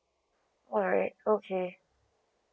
alright okay